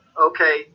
okay